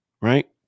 right